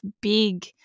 big